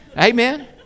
Amen